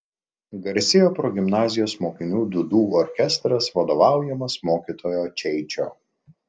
garsėjo progimnazijos mokinių dūdų orkestras vadovaujamas mokytojo čeičio